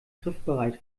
griffbereit